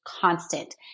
constant